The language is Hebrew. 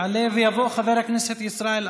יעלה ויבוא חבר הכנסת ישראל אייכלר.